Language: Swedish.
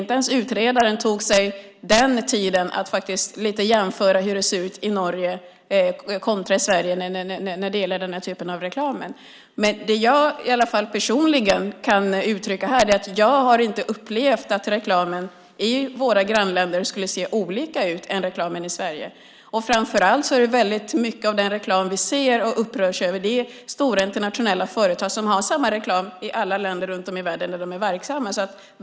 Inte ens utredaren tog sig den tiden att jämföra hur det ser ut i Norge kontra Sverige när det gäller den här typen av reklam. Det jag personligen kan uttrycka här är att jag inte har upplevt att reklamen i våra grannländer skulle se annorlunda ut än reklamen i Sverige. Framför allt är väldigt mycket av den reklam vi ser och upprörs över från stora internationella företag som har samma reklam i alla länder runt om i världen där de är verksamma.